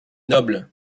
noble